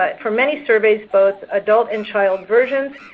ah for many surveys, both adult and child versions.